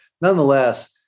nonetheless